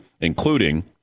including